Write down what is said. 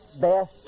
best